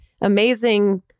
amazing